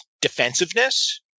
defensiveness